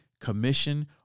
commission